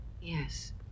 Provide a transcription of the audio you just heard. Yes